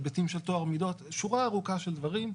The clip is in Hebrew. היבטים של טוהר מידות שורה ארוכה של דברים,